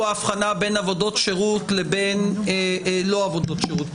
הבחנה בין עבודות שירות לבין לא עבודות שירות,